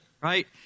right